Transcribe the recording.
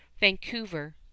Vancouver